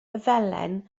felen